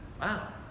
wow